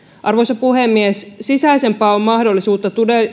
arvoisa puhemies sisäisen paon mahdollisuutta